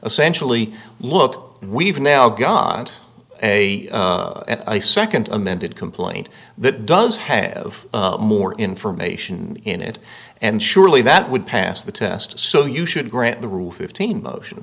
essentially look we've now got a second amended complaint that does have more information in it and surely that would pass the test so you should grant the roof fifteen motion